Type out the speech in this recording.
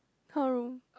her room